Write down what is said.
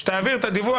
שתעביר את הדיווח,